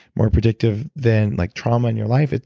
more predictive than like trauma in your life.